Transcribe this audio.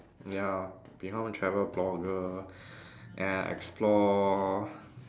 ya become a travel blogger and explore